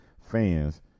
fans